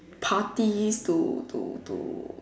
parties to to to